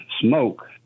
smoke